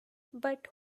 but